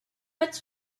its